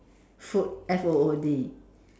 food F O O D